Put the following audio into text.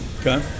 Okay